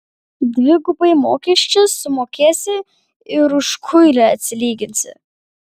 dvigubai mokesčius sumokėsi ir už kuilį atsilyginsi